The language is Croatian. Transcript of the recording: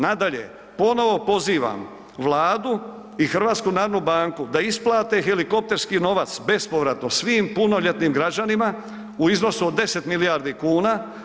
Nadalje, ponovno pozivam Vladu i HNB da isplate helikopterski novac bespovratno svim punoljetnim građanima u iznosu od 10 milijardi kuna.